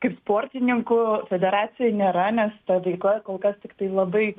kaip sportininkų federacijoj nėra nes ta veikla kol kas tiktai labai